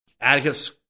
Atticus